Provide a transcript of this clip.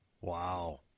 Wow